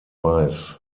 weiß